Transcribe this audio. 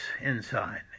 inside